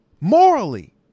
Morally